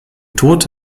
tod